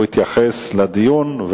הוא יתייחס לדיון,